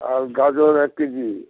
আর গাজর এক কেজি